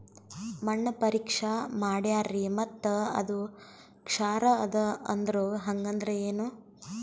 ಮಣ್ಣ ಪರೀಕ್ಷಾ ಮಾಡ್ಯಾರ್ರಿ ಮತ್ತ ಅದು ಕ್ಷಾರ ಅದ ಅಂದ್ರು, ಹಂಗದ್ರ ಏನು?